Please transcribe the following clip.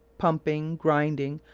pumping, grinding,